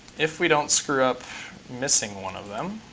if we don't screw up missing one of them,